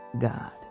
God